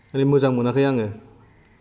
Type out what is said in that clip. मोजां मोनाखै आङो